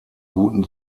guten